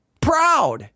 proud